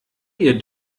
ihr